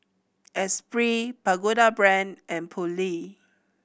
Esprit Pagoda Brand and Poulet